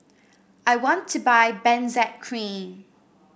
I want to buy Benzac Cream